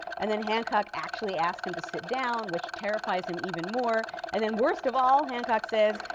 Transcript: and then hancock actually asked him to sit down, which terrifies him even more. and then worst of all, hancock says,